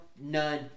none